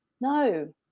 No